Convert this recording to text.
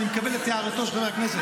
אני מקבל את הערתו של חבר הכנסת,